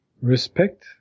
respect